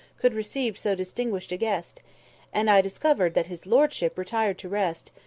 could receive so distinguished a guest and i discovered that his lordship retired to rest,